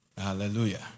hallelujah